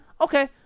Okay